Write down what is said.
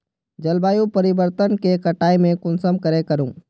जलवायु परिवर्तन के कटाई में कुंसम करे करूम?